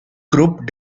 group